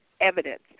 evidence